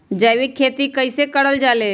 जैविक खेती कई से करल जाले?